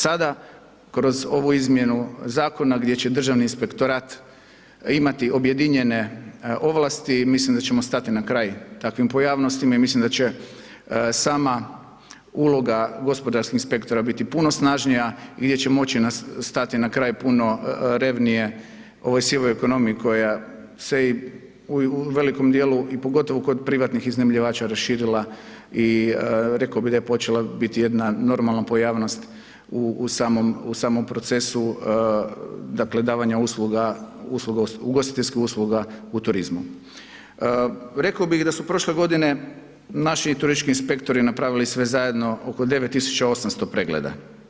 Sada kroz ovu izmjenu zakona gdje će Državni inspektorat imati objedinjene ovlasti, mislim da ćemo stati na kraj takvim pojavnostima i mislim da će sama uloga gospodarskih inspektora biti puno snažnija i gdje će moći stati na kraj puno revnije ovoj sivoj ekonomiji koja se i u velikom dijelu i pogotovo kod privatnih iznajmljivača raširila i rekao bi da je počela biti jedna normalna pojavnost u samom procesu, dakle, davanja usluga, usluga, ugostiteljskih usluga u turizmu, rekao bih da su prošle godine naši turistički inspektori napravili sve zajedno oko 9800 pregleda.